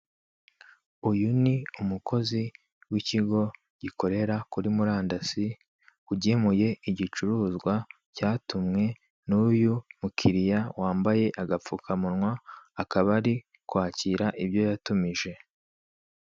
uyu ni umukozi w'ikigo gikorera kuri murandasi ugemuye igicuruzwa cyatumwe n'uyu mukiriya wambaye agapfukamunwa akaba ari kwakira ibyo yatumije